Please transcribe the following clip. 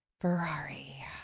Ferrari